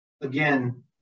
again